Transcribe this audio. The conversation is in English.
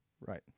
right